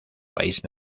país